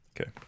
Okay